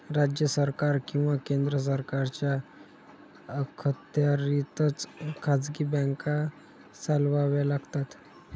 राज्य सरकार किंवा केंद्र सरकारच्या अखत्यारीतच खाजगी बँका चालवाव्या लागतात